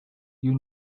you